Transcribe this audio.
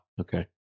okay